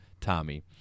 tommy